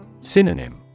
Synonym